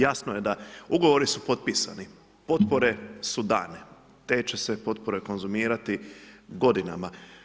Jasno je da ugovori su potpisani, potpore su dane, te će se potpore konzumirati godinama.